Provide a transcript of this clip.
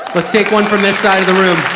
let's take one from this side of the room.